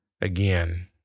again